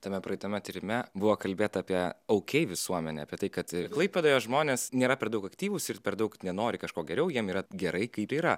tame praeitame tyrime buvo kalbėta apie aukei visuomenę apie tai kad klaipėdoje žmonės nėra per daug aktyvūs ir per daug nenori kažko geriau jiem yra gerai kaip yra